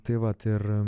tai vat ir